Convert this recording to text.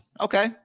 okay